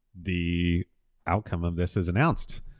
the outcome of this is announced.